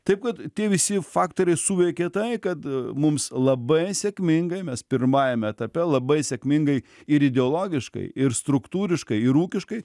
taip kad tie visi faktoriai suveikė tai kad mums labai sėkmingai mes pirmajame etape labai sėkmingai ir ideologiškai ir struktūriškai ir ūkiškai